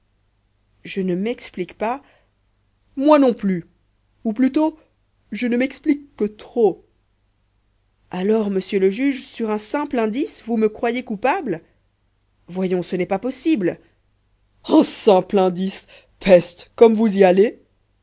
je ne m'explique pas moi non plus ou plutôt je ne m'explique que trop alors monsieur le juge sur un simple indice vous me croyez coupable voyons ce n'est pas possible un simple indice peste comme vous y allez